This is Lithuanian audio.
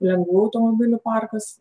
lengvųjų automobilių parkas